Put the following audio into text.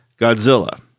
Godzilla